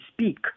speak